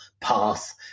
path